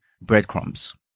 breadcrumbs